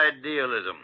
idealism